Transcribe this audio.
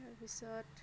তাৰ পিছত